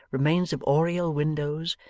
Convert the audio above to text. remains of oriel windows,